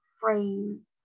frame